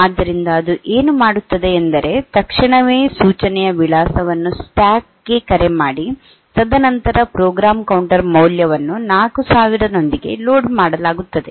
ಆದ್ದರಿಂದ ಅದು ಏನು ಮಾಡುತ್ತದೆ ಎಂದರೆ ತಕ್ಷಣವೇ ಸೂಚನೆಯ ವಿಳಾಸವನ್ನು ಸ್ಟ್ಯಾಕ್ ಗೆ ಕರೆ ಮಾಡಿ ತದನಂತರ ಪ್ರೋಗ್ರಾಂ ಕೌಂಟರ್ ಮೌಲ್ಯವನ್ನು 4000 ನೊಂದಿಗೆ ಲೋಡ್ ಮಾಡಲಾಗುತ್ತದೆ